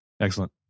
excellent